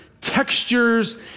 textures